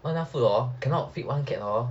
not enough food cannot feed one cat hor